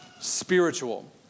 spiritual